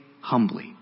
humbly